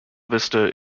vista